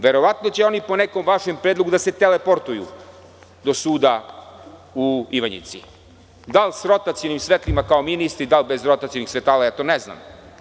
Verovatno će oni po nekom vašem predlogu da se teleportuju do suda u Ivanjici, da li sa rotacionim svetlima kao ministri, da li bez rotacionih svetala, to ne znam.